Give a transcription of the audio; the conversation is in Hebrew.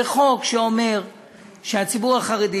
זה חוק שאומר שהציבור החרדי,